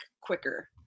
quicker